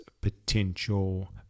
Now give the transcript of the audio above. Potential